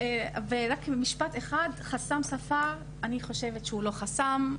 ורק במשפט אחד על חסם שפה: אני חושבת שהוא לא חסם.